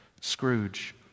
Scrooge